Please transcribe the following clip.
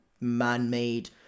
man-made